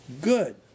good